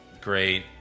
great